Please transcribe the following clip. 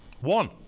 one